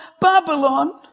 Babylon